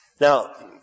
Now